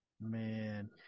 man